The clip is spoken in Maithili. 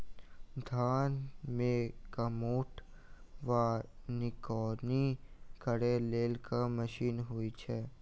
धान मे कमोट वा निकौनी करै लेल केँ मशीन होइ छै?